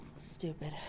Stupid